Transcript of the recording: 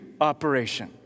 operation